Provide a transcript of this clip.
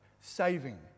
saving